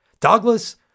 Douglas